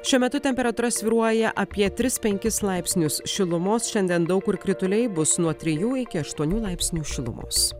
šiuo metu temperatūra svyruoja apie tris penkis laipsnius šilumos šiandien daug kur krituliai bus nuo trijų iki aštuonių laipsnių šilumos